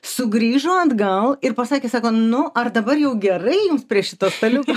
sugrįžo atgal ir pasakė sako nu ar dabar jau gerai jums prie šito staliuko